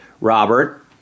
Robert